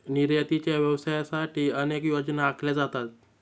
निर्यातीच्या व्यवसायासाठी अनेक योजना आखल्या जातात